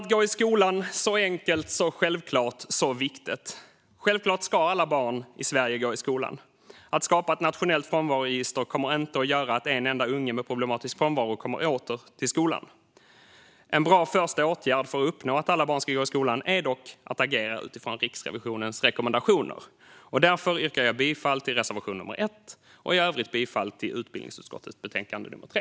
Att gå i skolan är så enkelt, så självklart och så viktigt. Självklart ska alla barn i Sverige gå i skolan. Att skapa ett nationellt frånvaroregister kommer inte att göra att en enda unge med problematisk frånvaro kommer åter till skolan. En bra första åtgärd för att uppnå att alla barn går i skolan är dock att agera utifrån Riksrevisionens rekommendationer. Därför yrkar jag bifall till reservation 1 och i övrigt bifall till förslaget i utbildningsutskottets betänkande 3.